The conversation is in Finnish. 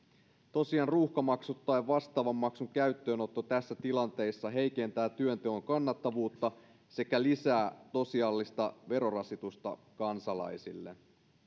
tosiaan ruuhkamaksut tai vastaavan maksun käyttöönotto tässä tilanteessa heikentää työnteon kannattavuutta sekä lisää tosiasiallista verorasitusta kansalaisille